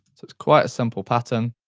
it's it's quite a simple pattern.